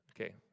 Okay